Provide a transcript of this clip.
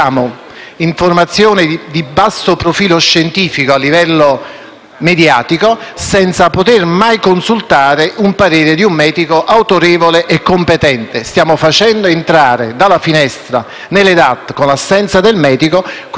mediatico senza potere mai consultare il parere di un medico autorevole e competente. Stiamo facendo entrare dalla finestra, nelle DAT, con l'assenza del medico, quello che abbiamo contrastato per quanto riguarda il metodo Stamina